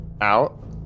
out